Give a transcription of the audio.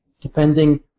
depending